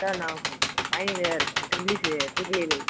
sir நான் final year triple இ